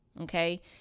Okay